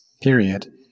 period